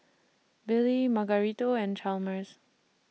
Billie Margarito and Chalmers